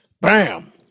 BAM